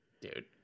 Dude